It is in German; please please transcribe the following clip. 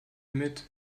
mit